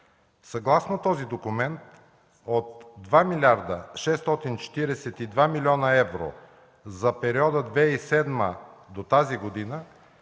Съгласно този документ от 2 млрд. 642 млн. евро за периода 2007 г. до тази година,